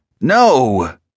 No